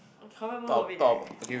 I cover most of it right